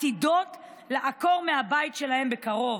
עתידות להיעקר מהבית שלהן בקרוב.